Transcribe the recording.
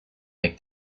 make